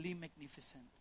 Magnificent